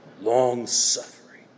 long-suffering